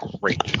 great